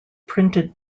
printed